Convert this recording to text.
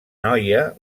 noia